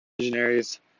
Visionaries